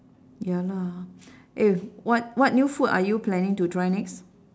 ya lah eh what what new food are you planning to try next